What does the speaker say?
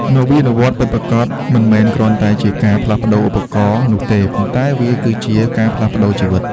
នវានុវត្តន៍ពិតប្រាកដមិនមែនគ្រាន់តែជាការផ្លាស់ប្តូរឧបករណ៍នោះទេ ប៉ុន្តែវាគឺជាការផ្លាស់ប្តូរជីវិត។